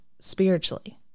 spiritually